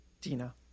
Dina